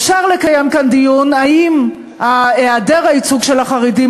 אפשר לקיים כאן דיון אם היעדר הייצוג של החרדים